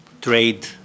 trade